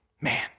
man